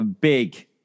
big